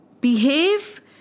behave